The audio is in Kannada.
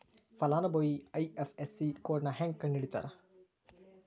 ಫಲಾನುಭವಿ ಐ.ಎಫ್.ಎಸ್.ಸಿ ಕೋಡ್ನಾ ಹೆಂಗ ಕಂಡಹಿಡಿತಾರಾ